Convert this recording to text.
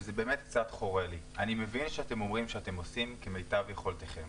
וזה באמת קצת חורה לי: אני מבין שאתם אומרים שאתם עושים כמיטב יכולתכם